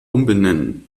umbenennen